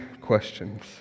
questions